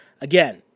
Again